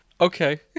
Okay